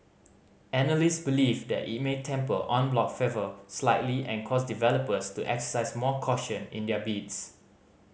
analyst believe that it may temper en bloc fervour slightly and cause developers to exercise more caution in their bids